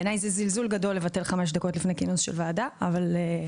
בעיניי לבטל חמש דקות לפני כינוס של ועדה זה זלזול גדול,